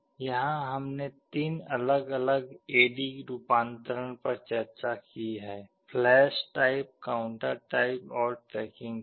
यहां हमने तीन अलग अलग ए डी रूपांतरण पर चर्चा की है फ्लैश टाइप काउंटर टाइप और ट्रैकिंग टाइप